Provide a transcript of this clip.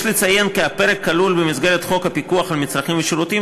יש לציין כי הפרק כלול במסגרת חוק הפיקוח על מצרכים ושירותים,